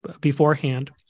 beforehand